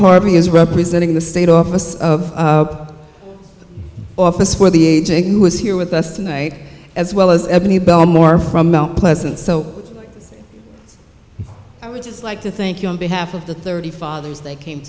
harding is representing the state office of office where the aging was here with us tonight as well as ebony belmore from mount pleasant so i would just like to thank you on behalf of the thirty fathers they came